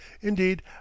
indeed